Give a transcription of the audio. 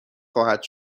خواهد